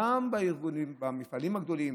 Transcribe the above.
וגם במפעלים הגדולים,